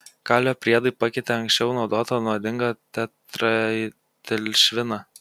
kalio priedai pakeitė anksčiau naudotą nuodingą tetraetilšviną